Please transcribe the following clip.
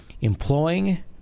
employing